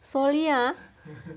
sorry ah